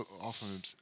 often